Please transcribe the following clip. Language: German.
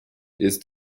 ist